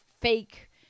fake